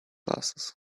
glasses